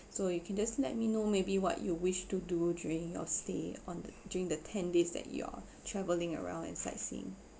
so you can just let me know maybe what you wish to do during your stay on the~ during the ten days that you're travelling around and sightseeing